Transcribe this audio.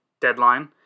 deadline